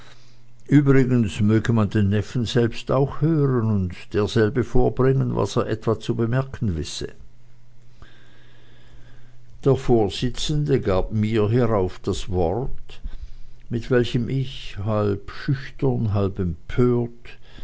übrigens möge man den neffen selbst auch hören und derselbe vorbringen was er etwa zu bemerken wisse der vorsitzende gab mir hierauf das wort mit welchem ich halb schüchtern halb